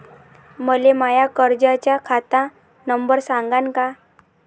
मले माया कर्जाचा खात नंबर सांगान का?